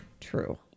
True